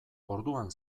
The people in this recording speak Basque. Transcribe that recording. orduan